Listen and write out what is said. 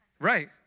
Right